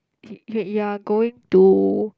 wait you're going to